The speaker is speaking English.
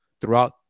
throughout